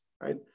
Right